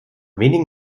wenigen